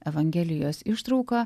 evangelijos ištrauką